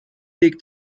liegt